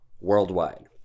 worldwide